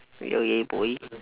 y~ yeah boy